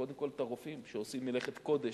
קודם כול, את הרופאים שעושים מלאכת קודש.